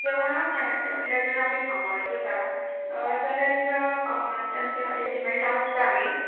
जेवणां खाणां म्हटल्यार जर आमी फार्मार वता जाल्यार फार्मार तांच्या अरेंजमेंट आसता न्ही